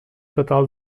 total